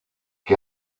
que